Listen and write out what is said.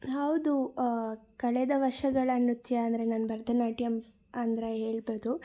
ಹೌದು ಕಳೆದ ವರ್ಷಗಳ ನೃತ್ಯ ಅಂದರೆ ನಾನು ಭರತನಾಟ್ಯಮ್ ಅಂದರೆ ಹೇಳ್ಬೊದು